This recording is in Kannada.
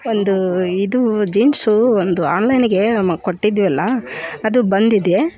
ಒಂದು ಇದು ಜೀನ್ಸು ಒಂದು ಆನ್ಲೈನಿಗೆ ಮ ಕೊಟ್ಟಿದ್ದೆವಲ್ಲ ಅದು ಬಂದಿದೆ